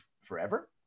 forever